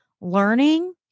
learning